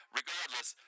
regardless